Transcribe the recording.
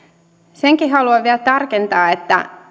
senkin haluan vielä tarkentaa